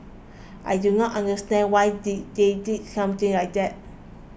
I do not understand why did they did something like that